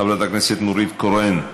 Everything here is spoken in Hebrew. חברת הכנסת נורית קורן,